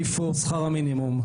איפה שכר המינימום?